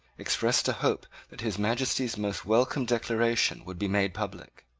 expressed a hope that his majesty's most welcome declaration would be made public.